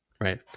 right